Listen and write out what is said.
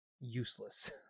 useless